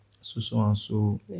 so-so-and-so